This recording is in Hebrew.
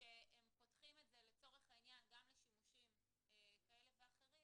שהם פותחים את זה לצורך העניין גם לשימושים כאלה ואחרים